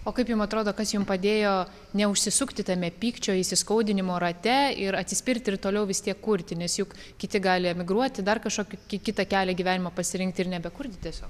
o kaip jum atrodo kas jum padėjo neužsisukti tame pykčio įsiskaudinimo rate ir atsispirti ir toliau vis tiek kurti nes juk kiti gali emigruoti dar kažkokį ki kitą kelią gyvenimo pasirinkti ir nebekurti tiesiog